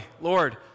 Lord